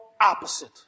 opposite